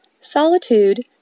Solitude